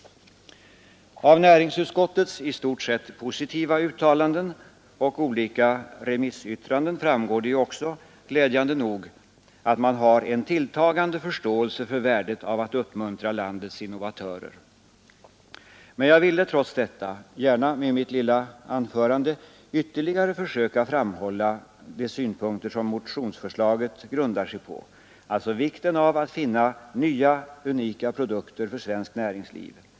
Av näringsutskottets i stort sett positiva uttalanden och olika ande nog, att man har en tilltagande remissyttranden framgår också, gläd förståelse för värdet av att uppmuntra landets innovatörer. Men jag ville, trots detta, med mitt anförande gärna ytterligare försöka framhålla de synpunkter som motionsförslaget grundar sig på — alltså vikten av att finna nya, unika produkter för svenskt näringsliv.